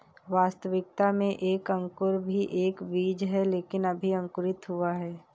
वास्तविकता में एक अंकुर भी एक बीज है लेकिन अभी अंकुरित हुआ है